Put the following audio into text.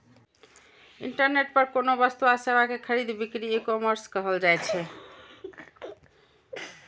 internet पर कोनो वस्तु आ सेवा के खरीद बिक्री ईकॉमर्स कहल जाइ छै